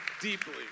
deeply